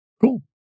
Cool